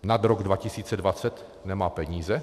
Nad rok 2020 nemá peníze?